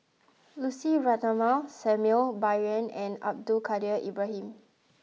Lucy Ratnammah Samuel Bai Yan and Abdul Kadir Ibrahim